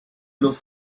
los